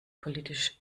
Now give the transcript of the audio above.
politisch